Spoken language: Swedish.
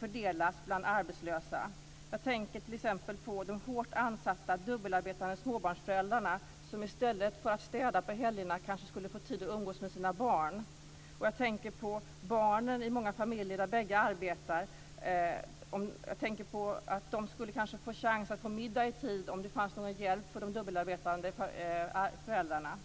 fördelas bland arbetslösa. Jag tänker t.ex. på de hårt ansatta dubbelarbetande småbarnsföräldrarna, som i stället för att städa på helgerna kanske skulle få tid att umgås med sina barn. Jag tänker på barnen i många familjer där bägge arbetar. De skulle kanske få chans att få middag i tid om det fanns någon hjälp för de dubbelarbetande föräldrarna.